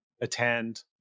attend